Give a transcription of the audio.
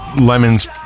lemons